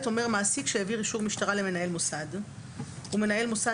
מעסיק שהעביר אישור משטרה למנהל מוסד ומנהל מוסד